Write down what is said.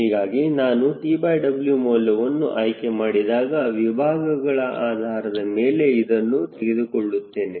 ಹೀಗಾಗಿ ನಾನು TW ಮೌಲ್ಯವನ್ನು ಆಯ್ಕೆ ಮಾಡಿದಾಗ ವಿಭಾಗಗಳ ಆಧಾರದ ಮೇಲೆ ಇದನ್ನು ತೆಗೆದುಕೊಳ್ಳುತ್ತೇನೆ